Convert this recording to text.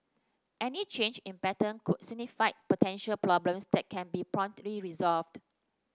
any change in pattern could signify potential problems that can be promptly resolved